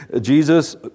Jesus